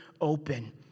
open